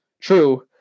True